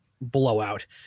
blowout